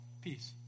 peace